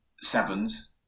sevens